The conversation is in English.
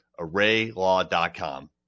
arraylaw.com